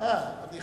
לפי